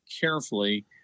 carefully